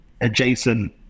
adjacent